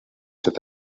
cet